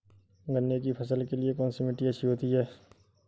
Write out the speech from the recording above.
गन्ने की फसल के लिए कौनसी मिट्टी अच्छी होती है?